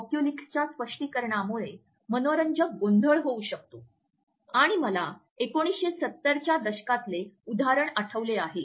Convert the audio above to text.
ओक्यूलेसिक्सच्या स्पष्टीकरणामुळे मनोरंजक गोंधळ होऊ शकतो आणि मला १९७० च्या दशकातले उदाहरण आठवले आहे